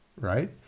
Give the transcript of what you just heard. right